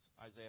Isaiah